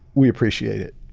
we appreciate it.